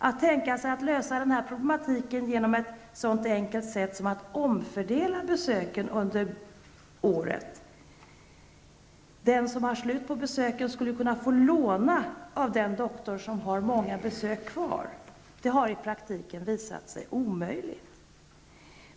Att tänka sig att lösa problemet så enkelt som genom att omfördela ''besöken'' under året, så att den som har slut på besök skulle kunna ''låna'' av den doktor som har många besök kvar, har i praktiken visat sig omöjligt.